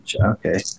Okay